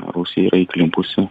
rusija yra įklimpusi